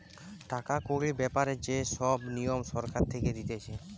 টাকা কড়ির ব্যাপারে যে সব নিয়ম সরকার থেকে দিতেছে